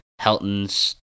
Helton's